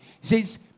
says